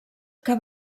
que